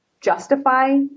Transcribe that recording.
justify